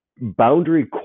boundary